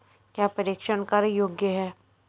क्या प्रेषण कर योग्य हैं?